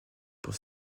pour